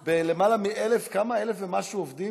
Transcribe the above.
אבל אי-אפשר לא לכבד את הכנסת.